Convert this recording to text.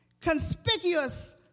conspicuous